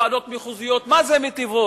ועדות מחוזיות מה זה מיטיבות,